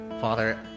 Father